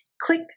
click